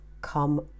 come